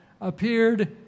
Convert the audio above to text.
appeared